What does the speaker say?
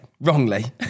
Wrongly